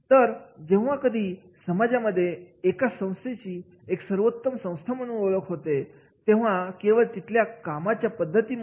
तर जेव्हा कधी समाजामध्ये एका संस्थेची एक सर्वोत्तम संस्था म्हणून ओळख होते ती केवळ तिथल्या कामाच्या पद्धतीमुळे